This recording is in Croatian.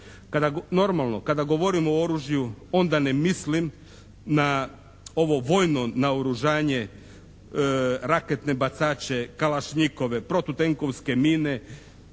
Normalno, kada govorim o oružju onda ne mislim na ovo vojno naoružanje, raketne bacače, kalašnjikove, protutenkovske mine